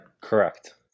correct